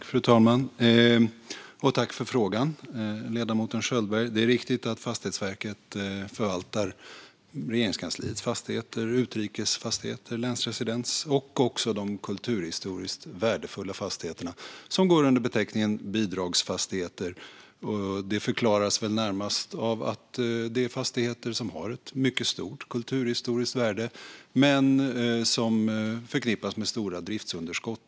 Fru talman! Tack för frågan, ledamoten Schöldberg! Det är riktigt att Fastighetsverket förvaltar Regeringskansliets fastigheter, utrikes fastigheter, länsresidens och även de kulturhistoriskt värdefulla fastigheter som går under beteckningen bidragsfastigheter. Detta förklaras väl närmast av att det är fastigheter som har ett mycket stort kulturhistoriskt värde men som förknippas med stora driftsunderskott.